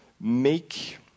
make